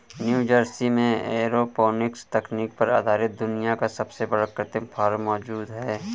New Jersey में aeroponics तकनीक पर आधारित दुनिया का सबसे बड़ा कृत्रिम फार्म मौजूद है